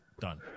done